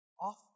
Off